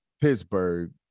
Pittsburgh